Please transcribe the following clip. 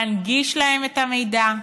להנגיש להם את המידע,